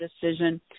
decision